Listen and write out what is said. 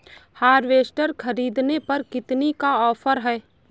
Harvester ख़रीदने पर कितनी का ऑफर है?